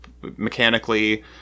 mechanically